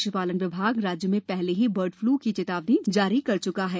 पशुपालन विभाग राज्य में पहले ही बर्ड फ्लू की चेतावनी जारी कर चुका है